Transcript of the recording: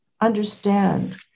understand